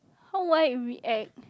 how would I react